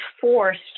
forced